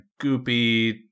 goopy